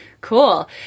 cool